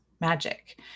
magic